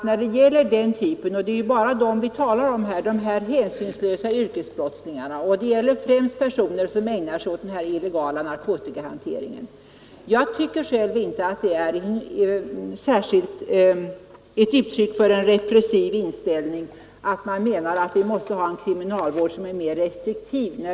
När det gäller dessa hänsynslösa yrkesbrottslingar — och det är bara dem vi talar om här, främst personer som ägnar sig åt illegal narkotikahantering tycker jag själv inte att det är ett uttryck för en repressiv inställning att man menar att vi måste ha en kriminalvård som är mer restriktiv.